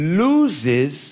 loses